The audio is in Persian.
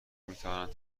میتوانند